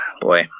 Boy